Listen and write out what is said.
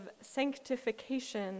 sanctification